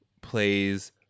plays